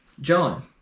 John